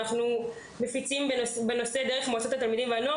אנחנו מפיצים חומרים דרך מועצת התלמידים והנוער.